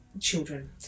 children